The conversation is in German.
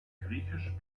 griechisch